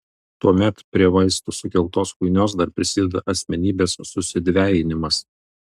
tuomet prie vaistų sukeltos chuinios dar prisideda asmenybės susidvejinimas